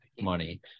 money